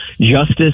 justice